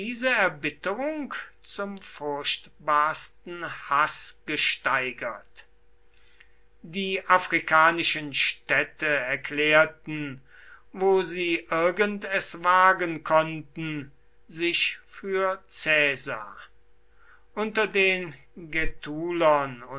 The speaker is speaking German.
erbitterung zum furchtbarsten haß gesteigert die afrikanischen städte erklärten wo sie irgend es wagen konnten sich für caesar unter den